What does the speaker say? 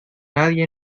nadie